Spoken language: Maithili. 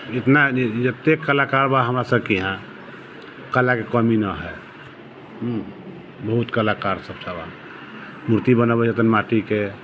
जितना जते कलाकार बा हमरा सबके यहाँ कला के कमी ना है बहुत कलाकार सब सब है मूर्ति बनबै हेतनि माटी के